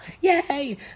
Yay